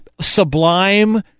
Sublime